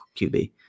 QB